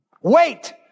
wait